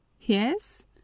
Yes